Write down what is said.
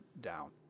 down